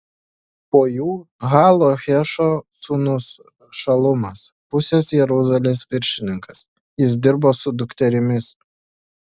po jų ha lohešo sūnus šalumas pusės jeruzalės viršininkas jis dirbo su dukterimis